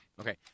Okay